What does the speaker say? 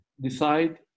decide